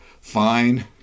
fine